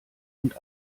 und